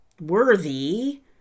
worthy